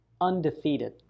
undefeated